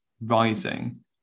rising